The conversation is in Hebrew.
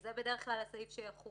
זה בדרך כלל הסעיף שיחול.